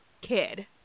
kid